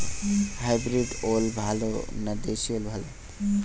Hybrid ওল ভালো না দেশী ওল ভাল?